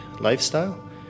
lifestyle